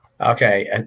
Okay